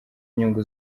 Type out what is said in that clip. nyungu